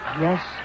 Yes